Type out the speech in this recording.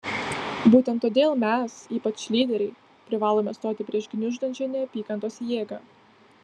būtent todėl mes ypač lyderiai privalome stoti prieš gniuždančią neapykantos jėgą